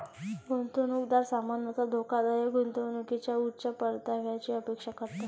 गुंतवणूकदार सामान्यतः धोकादायक गुंतवणुकीतून उच्च परताव्याची अपेक्षा करतात